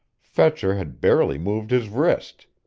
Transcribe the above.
fetcher had barely moved his wrist.